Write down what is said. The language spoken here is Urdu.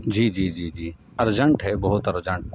جی جی جی جی ارجنٹ ہے بہت ارجنٹ